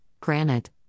granite